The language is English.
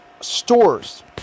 stores